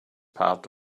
part